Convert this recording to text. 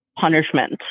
punishment